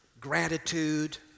gratitude